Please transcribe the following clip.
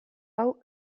hau